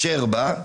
ז'רבה,